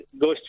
goes